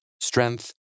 strength